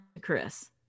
Chris